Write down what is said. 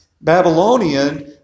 Babylonian